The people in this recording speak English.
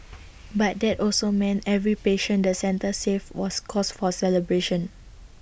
but that also meant every patient the centre saved was cause for celebration